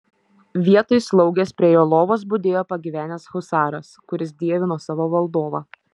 vietoj slaugės prie jo lovos budėjo pagyvenęs husaras kuris dievino savo valdovą